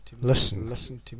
listen